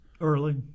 early